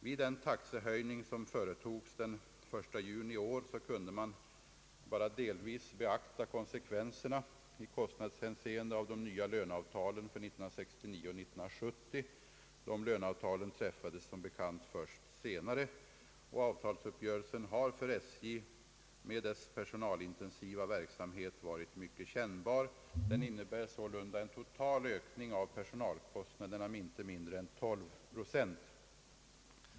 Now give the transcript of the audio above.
Vid den taxehöjning som företogs den 1 juni i år kunde man bara delvis beakta konsekvenserna i kostnadshänseende av de nya löneavtalen för 1969 och 1970. Dessa löneavtal träffades som bekant först senare, och avtalsuppgörelsen har för SJ med dess personalintensiva verksamhet varit mycket kännbar. Den innebär en total ökning av personalkostnaderna med inte mindre än 12 procent.